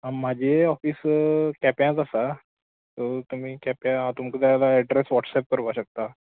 म्हजें ऑफीस केंप्यांच आसा सो तुमी केंप्यां हांव तुमक जाय जाल्यार एड्रॅस वॉट्सॅप करपा शकता